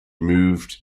moved